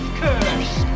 curse